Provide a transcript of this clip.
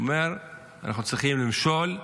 הוא אומר: אנחנו צריכים למשול,